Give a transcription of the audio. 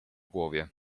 głowie